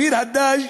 ביר-הדאג'.